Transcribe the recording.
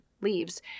leaves